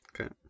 Okay